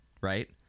right